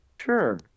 Sure